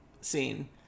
scene